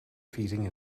feeding